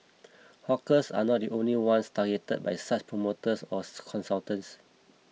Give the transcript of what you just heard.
hawkers are not the only ones targeted by such promoters or consultants